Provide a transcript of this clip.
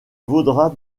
vaudra